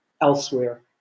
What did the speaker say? elsewhere